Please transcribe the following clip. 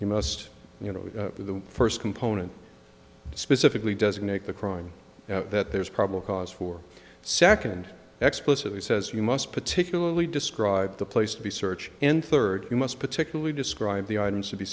you must you know the first component specifically designate the crime that there's probably cause for second explicitly says you must particularly describe the place to be search and third you must particularly describe the items to b